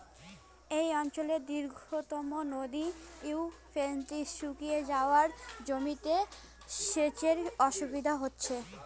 এই অঞ্চলের দীর্ঘতম নদী ইউফ্রেটিস শুকিয়ে যাওয়ায় জমিতে সেচের অসুবিধে হচ্ছে